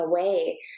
away